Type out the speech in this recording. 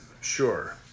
sure